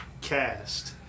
cast